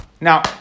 Now